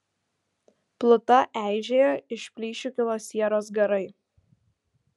pluta eižėjo iš plyšių kilo sieros garai